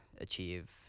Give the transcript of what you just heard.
achieve